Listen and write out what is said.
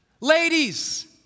Ladies